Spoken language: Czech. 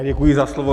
Děkuji za slovo.